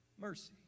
mercy